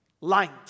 light